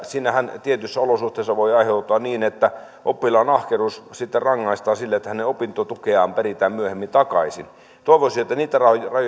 siitähän tietyissä olosuhteissa voi aiheutua että oppilaan ahkeruudesta sitten rangaistaan silleen että hänen opintotukeaan peritään myöhemmin takaisin niitä rajoja